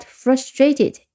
frustrated